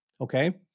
Okay